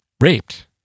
raped